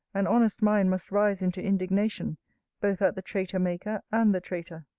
an honest mind must rise into indignation both at the traitor-maker and the traitor.